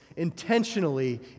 intentionally